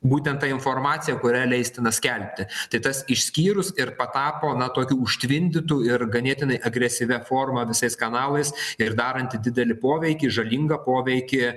būtent ta informacija kurią leistina skelbti tai tas išskyrus ir patapo na tokių užtvindytų ir ganėtinai agresyvia forma visais kanalais ir daranti didelį poveikį žalingą poveikį